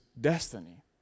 destiny